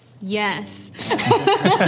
yes